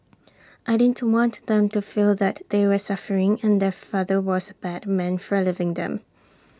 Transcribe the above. I didn't want them to feel that they were suffering and their father was bad man for leaving them